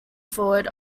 forward